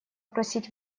просить